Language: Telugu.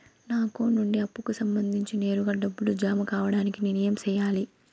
నా అకౌంట్ నుండి అప్పుకి సంబంధించి నేరుగా డబ్బులు జామ కావడానికి నేను ఏమి సెయ్యాలి?